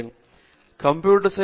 பேராசிரியர் பிரதாப் ஹரிதாஸ் சரி